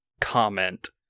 comment